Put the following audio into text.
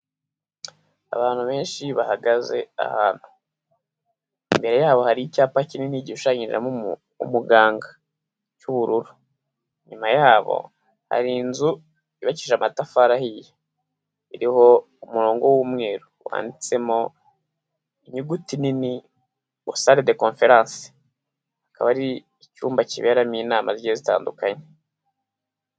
Abantu benshi bahagaze ahantu. Imbere yabo hari icyapa kinini gishushanyejemo umuganga cy'ubururu. Inyuma yabo hari inzu yubakishije amatafari ahiye. Iriho umurongo w'umweru wanditsemo inyuguti nini sale de conference. Akaba ari icyumba kiberamo inama zigiye zitandukanye.